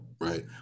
Right